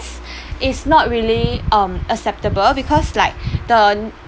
it's not really um acceptable because like the